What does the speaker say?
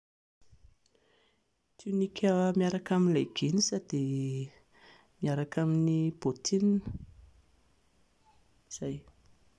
Tunik miaraka amin'ny leggins dia miaraka amin'ny bottin, izay